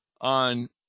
on